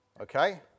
Okay